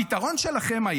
הפתרון שלכם,